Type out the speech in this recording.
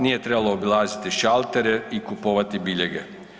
Nije trebalo obilaziti šaltere i kupovati biljege.